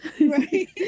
Right